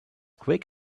quick